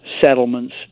settlements